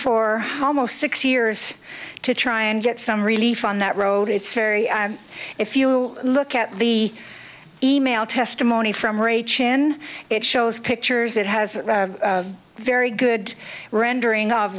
for almost six years to try and get some relief on that road it's very if you look at the e mail testimony from ray chin it shows pictures it has a very good rendering of